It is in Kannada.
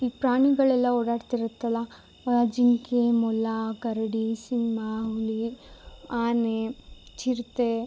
ಈ ಪ್ರಾಣಿಗಳೆಲ್ಲ ಓಡಾಡ್ತಿರತ್ತಲ್ಲಾ ಜಿಂಕೆ ಮೊಲ ಕರಡಿ ಸಿಂಹ ಹುಲಿ ಆನೆ ಚಿರತೆ